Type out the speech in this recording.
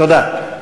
תודה.